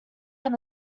from